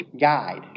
Guide